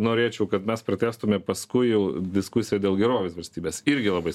norėčiau kad mes pratęstume paskui jau diskusiją dėl gerovės valstybės irgi labai